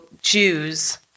Jews